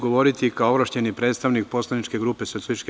Govoriću kao ovlašćeni predstavnik poslaničke grupe SPS.